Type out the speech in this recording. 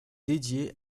dédié